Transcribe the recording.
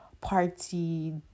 party